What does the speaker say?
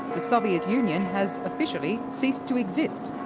the soviet union has officially ceased to exist.